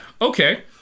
Okay